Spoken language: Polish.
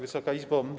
Wysoka Izbo!